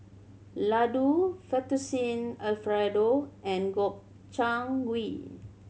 Ladoo Fettuccine Alfredo and Gobchang Gui